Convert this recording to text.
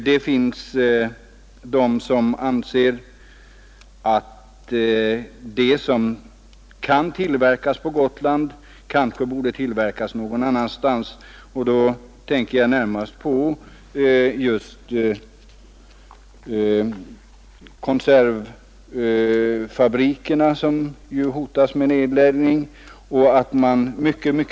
Herr Gustafsson i Stenkyrka nämnde kanske något om att det finns krafter som anser att varor som tillverkas eller framställes på Gotland borde kunna tillverkas annorstädes. Konservfabrikerna hotas ju t.ex. av nedläggning.